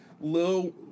Lil